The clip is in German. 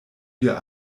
dir